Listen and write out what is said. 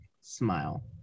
smile